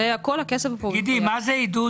מה זה "עידוד